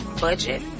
budget